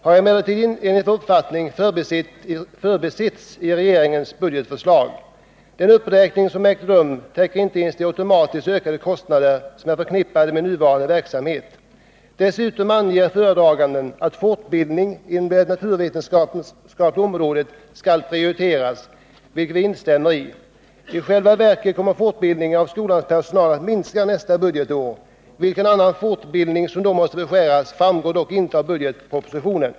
Utbildningsdepartementet) har emellertid enligt vår uppfattning förbisetts i regeringens budgetförslag. Den uppräkning som ägt rum täcker inte ens de automatiskt ökande kostnader som är förknippade med nuvarande verksamhet. Dessutom anger föredraganden att fortbildning inom det naturvetenskapliga området skall prioriteras, vilket vi instämmer i. I själva verket kommer fortbildningen av skolans personal att minska nästa budgetår. Vilken annan fortbildning som då måste beskäras framgår dock inte av budgetpropositionen.